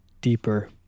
deeper